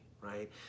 right